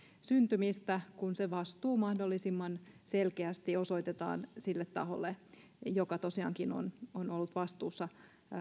syntymistä kun se vastuu mahdollisimman selkeästi osoitetaan sille taholle joka tosiaankin on ollut vastuussa